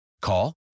Call